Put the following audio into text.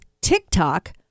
TikTok